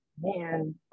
man